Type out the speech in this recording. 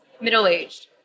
middle-aged